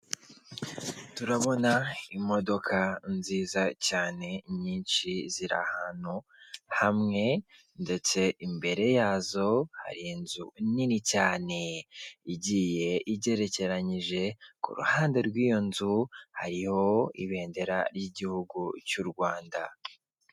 Turabona imodoka nziza cyane nyinshi ziri ahantu hamwe ndetse imbere yazo hari inzu nini cyane igiye igerekeranyije, ku ruhande rw'iyo nzu hariho ibendera ry'igihugu cy’u Rwanda.